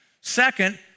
Second